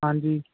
ਹਾਂਜੀ